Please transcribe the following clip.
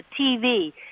TV